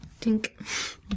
Tink